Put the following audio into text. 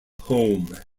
home